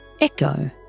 echo